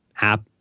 app